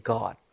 God